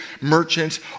merchants